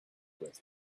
with